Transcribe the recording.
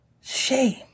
Shame